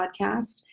podcast